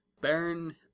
Baron